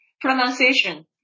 pronunciation